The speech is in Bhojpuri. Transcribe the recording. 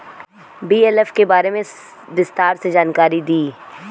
बी.एल.एफ के बारे में विस्तार से जानकारी दी?